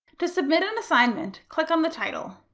to submit an assignment, click on the title.